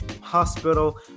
hospital